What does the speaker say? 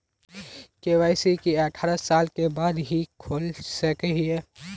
KYC की अठारह साल के बाद ही खोल सके हिये?